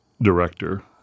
director